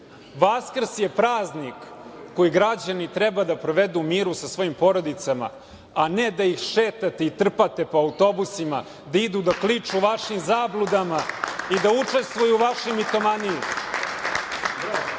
Vaskrs je praznik koji građani treba da provedu sa svojim porodicama a ne da ih šetate i trpate po autobusima da idu da kliču vašim zabludama i da učestvuju u vašoj vitomaniji. Nije